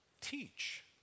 teach